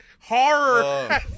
horror